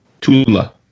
Tula